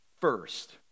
first